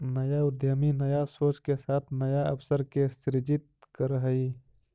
नया उद्यमी नया सोच के साथ नया अवसर के सृजित करऽ हई